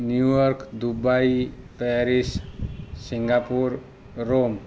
New York Dubai Paris Singapore Rome